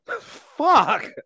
Fuck